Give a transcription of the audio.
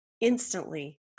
Instantly